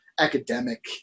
Academic